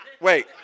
Wait